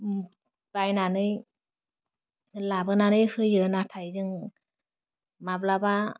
ओम बायनानै लाबोनानै होयो नाथाय जों माब्लाबा